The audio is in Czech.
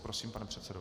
Prosím, pane předsedo.